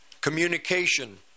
Communication